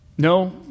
No